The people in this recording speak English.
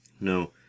No